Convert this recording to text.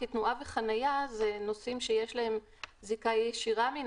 כי תנועה וחניה אלה נושאים שיש להם זיקה ישירה מן